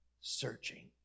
searching